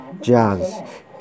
jazz